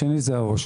השני זה העו"ש.